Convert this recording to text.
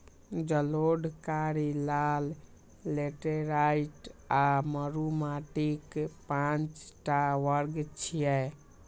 जलोढ़, कारी, लाल, लेटेराइट आ मरु माटिक पांच टा वर्ग छियै